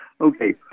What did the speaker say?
Okay